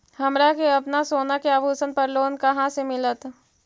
हमरा के अपना सोना के आभूषण पर लोन कहाँ से मिलत?